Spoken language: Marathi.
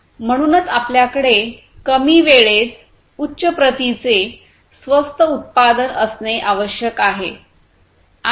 म्हणूनच आपल्याकडे कमी वेळेत उच्च प्रतीचे स्वस्त उत्पादन असणे आवश्यक आहे